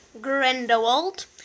Grindelwald